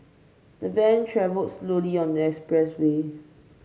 the van travel slowly on the expressway